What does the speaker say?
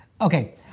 Okay